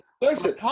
Listen